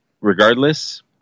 regardless